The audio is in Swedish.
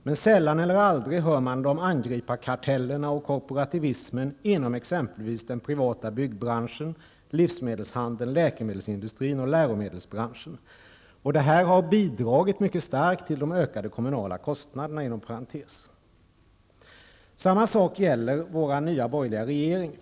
Men sällan eller aldrig hör man dem angripa kartellerna eller koporativismen inom exempelvis den privata byggbranschen, livsmedelshandeln, läkemedelsindustrin och läromedelsbranschen. Det har, inom parentes sagt, bidragit mycket starkt till ökade kommunala kostnader. Samma sak gäller vår nya borgerliga regering.